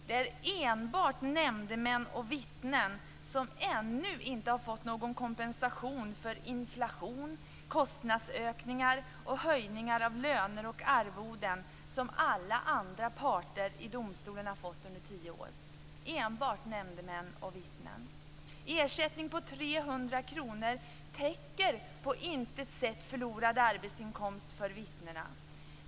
Det är enbart nämndemän och vittnen som ännu inte fått någon kompensation för inflation, kostnadsökningar och höjningar av löner och arvoden, som alla andra parter i domstolen har fått under tio år. Ersättning på 300 kr täcker på intet sätt förlorad arbetsinkomst för vittnena.